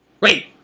Wait